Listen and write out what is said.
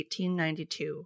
1892